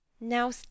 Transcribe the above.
Now